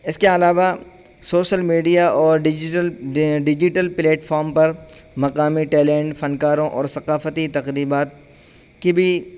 اس کے علاوہ social media اور ڈیجیٹل ڈیجیٹل پلیٹفام پر مقامی ٹیلنٹ فنکاروں اور ثقافتی تقریبات کی بھی